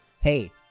Hey